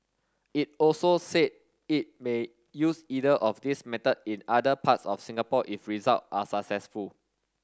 it also said it may use either of these method in other parts of Singapore if result are successful